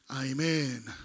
amen